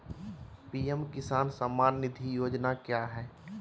PM Kisan Samman Nidhi योजना क्या है?